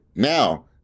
Now